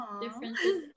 Differences